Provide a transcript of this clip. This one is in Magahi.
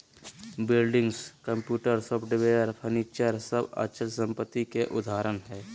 बिल्डिंग्स, कंप्यूटर, सॉफ्टवेयर, फर्नीचर सब अचल संपत्ति के उदाहरण हय